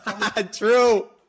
True